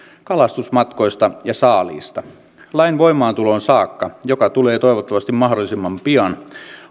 kalastusmatkoista ja saaliista lain voimaantuloon saakka joka tulee toivottavasti mahdollisimman pian